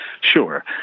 Sure